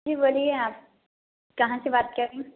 جی بولیے آپ کہاں سے بات کر رہے ہیں